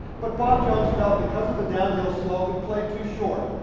but bob jones felt because of the downhill slope it played too short.